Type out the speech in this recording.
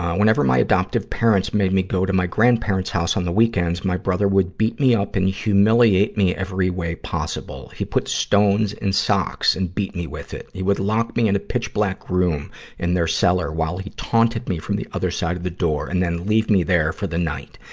whenever my adoptive parents made me go to my grandparents' house on the weekends, my brother would beat me up and humiliate me in every way possible. he put stones in socks and beat me with it. he would lock me in a pitch-black room in their cellar, while he taunted me from the other side of the door and then leave me there for the night.